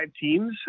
teams